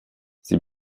sie